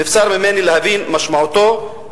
נבצר ממני להבין את משמעותו,